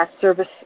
service